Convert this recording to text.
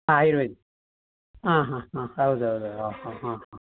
ಹಾಂ ಆಯುರ್ವೇದಿಕ್ ಹಾಂ ಹಾಂ ಹಾಂ ಹೌದೌದೌದು ಹಾಂ ಹಾಂ ಹಾಂ